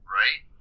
right